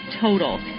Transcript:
total